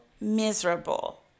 miserable